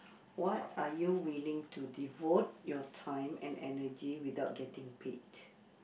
what are you willing to devote your time and energy without getting paid